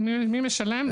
מי משלם?